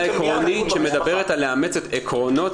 החלטת ממשלה עקרונית שמדברת על לאמץ את עקרונות